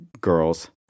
girls